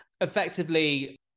Effectively